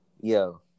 Yo